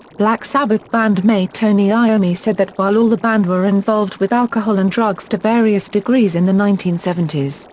black sabbath band mate tony iommi said that while all the band were involved with alcohol and drugs to various degrees in the nineteen seventy s,